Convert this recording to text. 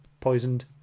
poisoned